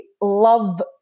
love